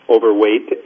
overweight